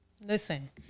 listen